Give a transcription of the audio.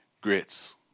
grits